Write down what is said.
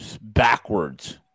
backwards